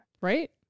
Right